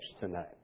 tonight